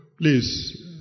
Please